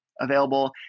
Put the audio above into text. available